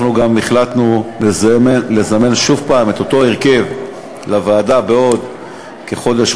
אנחנו גם החלטנו לזמן שוב את אותו הרכב לוועדה בעוד כחודש,